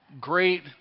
great